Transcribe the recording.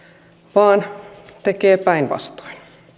vaan tekee päinvastoin